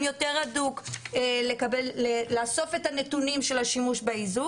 יותר הדוק לאסוף את הנתונים של השימוש באיזוק,